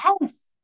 Yes